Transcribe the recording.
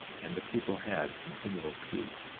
and the people had continual peace.